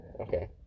Okay